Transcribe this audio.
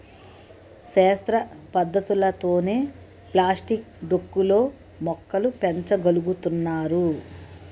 శాస్త్ర పద్ధతులతోనే ప్లాస్టిక్ డొక్కు లో మొక్కలు పెంచ గలుగుతున్నారు